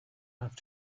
have